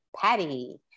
Patty